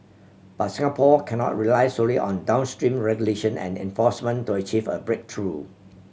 but Singapore cannot rely solely on downstream regulation and enforcement to achieve a breakthrough